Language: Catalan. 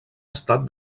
estat